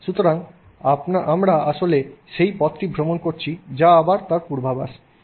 সুতরাং আমরা আসলে সেই পথটি ভ্রমণ করেছি যা আবার তার পূর্বাভাস